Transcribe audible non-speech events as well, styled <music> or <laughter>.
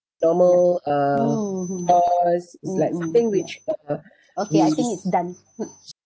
normal um course it's like I think which uh <breath>